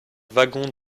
wagon